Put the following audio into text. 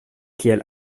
kiel